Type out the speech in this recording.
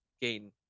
gain